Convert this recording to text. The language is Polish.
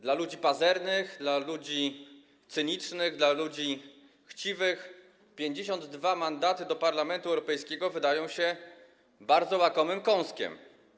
Dla ludzi pazernych, dla ludzi cynicznych, dla ludzi chciwych 52 mandaty do Parlamentu Europejskiego wydają się bardzo łakomym kąskiem.